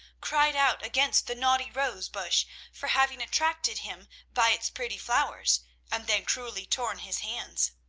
cried out against the naughty rose bush for having attracted him by its pretty flowers and then cruelly torn his hands.